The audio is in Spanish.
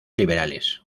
liberales